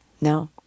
No